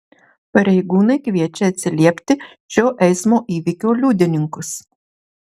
pareigūnai kviečia atsiliepti šio eismo įvykio liudininkus